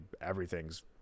everything's